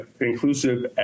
inclusive